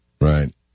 Right